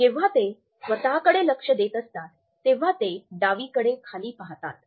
जेव्हा ते स्वतःकडे लक्ष्य देत असतात तेव्हा ते डावीकडे खाली पाहतात